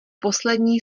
poslední